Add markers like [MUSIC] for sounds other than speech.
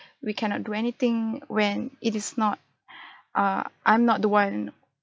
we cannot do anything when it is not [BREATH] err I'm not the one